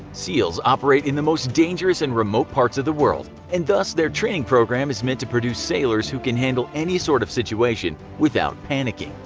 seals operate in the most dangerous and remote parts of the world, and thus their training program is meant to produce sailors who can handle any sort of situation without panicking.